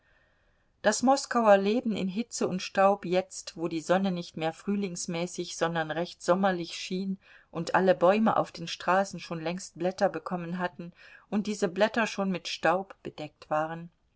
das moskauer leben in hitze und staub jetzt wo die sonne nicht mehr frühlingsmäßig sondern recht sommerlich schien und alle bäume auf den straßen schon längst blätter bekommen hatten und diese blätter schon mit staub bedeckt waren